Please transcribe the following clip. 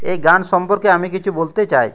এই গান সম্পর্কে আমি কিছু বলতে চাই